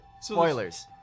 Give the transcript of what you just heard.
Spoilers